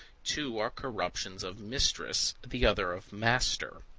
two are corruptions of mistress, the other of master.